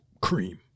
Cream